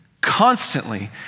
constantly